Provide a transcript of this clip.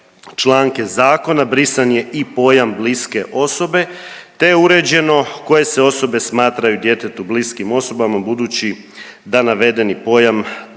članke zakona brisan je i pojam bliske osobe te je uređeno koje se osobe smatraju bliskim osobama budući da navedeni pojam do